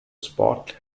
spot